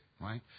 right